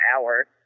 hour